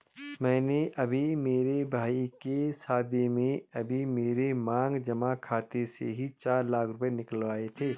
मैंने अभी मेरे भाई के शादी में अभी मेरे मांग जमा खाते से ही चार लाख रुपए निकलवाए थे